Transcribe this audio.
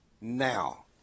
now